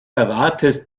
erwartest